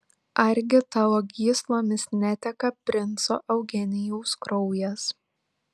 argi tavo gyslomis neteka princo eugenijaus kraujas